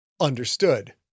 understood